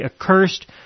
accursed